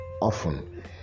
often